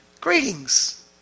Greetings